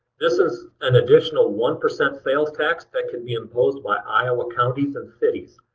this is an additional one percent sales tax that can be imposed by iowa counties and cities.